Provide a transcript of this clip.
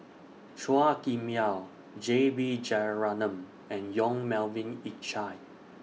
Chua Kim Yeow J B Jeyaretnam and Yong Melvin Yik Chye